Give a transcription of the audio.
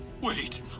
wait